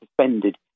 suspended